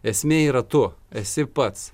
esmė yra tu esi pats